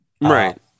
right